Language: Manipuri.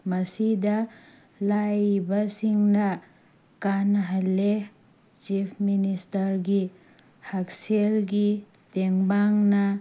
ꯃꯁꯤꯗ ꯂꯥꯏꯔꯕꯁꯤꯡꯅ ꯀꯥꯟꯅꯍꯜꯂꯦ ꯆꯤꯐ ꯃꯤꯅꯤꯁꯇꯔꯒꯤ ꯍꯛꯁꯦꯜꯒꯤ ꯇꯦꯡꯕꯥꯡꯅ